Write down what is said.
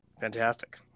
Fantastic